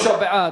23 בעד,